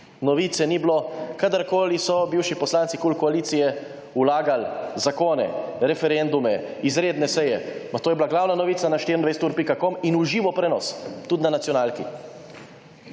novice ni bilo. Kadarkoli so bivši poslanci KUL koalicije vlagali zakone, referendume, izredne seje, ma to je bila glavna novica na 24ur.com in v živo prenos, tudi na nacionalki.